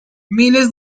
miles